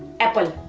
apple.